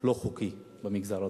בנייה לא חוקית במגזר הדרוזי,